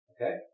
okay